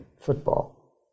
football